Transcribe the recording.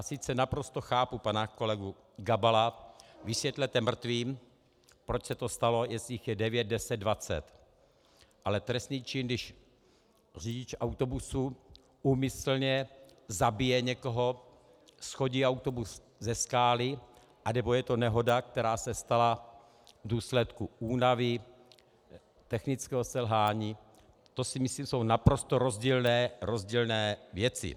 Sice naprosto chápu pana kolegu Gabala, vysvětlete mrtvým, proč se to stalo, jestli jich je 9, 10, 20, ale trestný čin, když řidič autobusu úmyslně zabije někoho, shodí autobus ze skály, anebo je to nehoda, která se stala v důsledku únavy, technického selhání, to si myslím, jsou naprosto rozdílné věci.